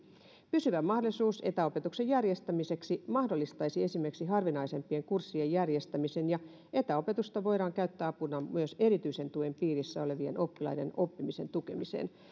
pysyvä mahdollisuus etäopetuksen järjestämiseksi mahdollistaisi esimerkiksi harvinaisempien kurssien järjestämisen ja etäopetusta voidaan käyttää apuna myös erityisen tuen piirissä olevien oppilaiden oppimisen tukemiseen